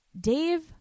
Dave